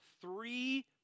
three